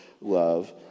love